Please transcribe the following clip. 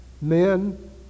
Men